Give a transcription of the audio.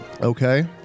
Okay